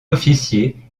officier